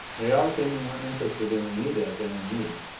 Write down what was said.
they all seemed more interested in anita than in me.